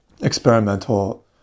experimental